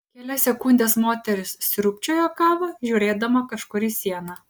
kelias sekundes moteris sriūbčiojo kavą žiūrėdama kažkur į sieną